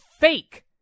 fake